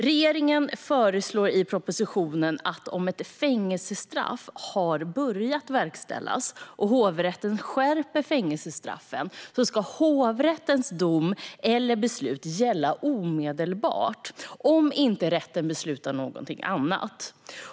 Regeringen föreslår i propositionen att om ett fängelsestraff har börjat verkställas och hovrätten skärper fängelsestraffet ska hovrättens dom eller beslut gälla omedelbart, om inte rätten beslutar någonting annat.